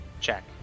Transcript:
check